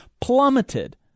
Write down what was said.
plummeted